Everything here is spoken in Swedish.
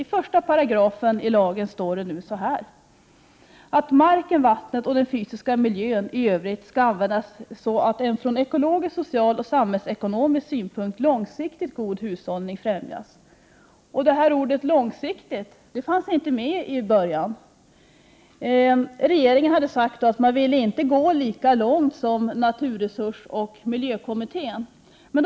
I 1 § naturresurslagen står så här: ”Marken, vattnet och den fysiska miljön i övrigt skall användas så att en från ekologisk, social och samhällsekonomisk synpunkt långsiktigt god hushållning främjas.” Ordet långsiktigt fanns inte med i början. Regeringen hade sagt att man inte ville gå lika långt som naturresursoch miljökommittén.